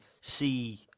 see